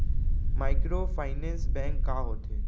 Microfinance bank का होथे?